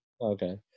Okay